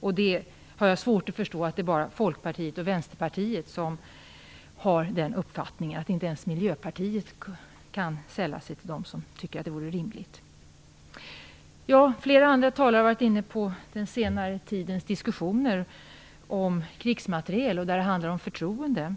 Jag har svårt att förstå att det bara är Folkpartiet och Vänsterpartiet som har den uppfattningen - inte ens Miljöpartiet kan sälla sig till dem som tycker att det vore rimligt. Flera andra talare har varit inne på den senare tidens diskussioner om krigsmateriel. Det har handlat om förtroende.